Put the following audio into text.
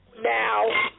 Now